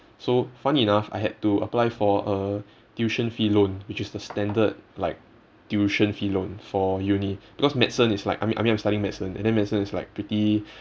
so funny enough I had to apply for a tuition fee loan which is the standard like tuition fee loan for uni because medicine is like I mean I mean I'm studying medicine and then medicine is like pretty